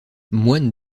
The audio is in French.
moine